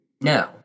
No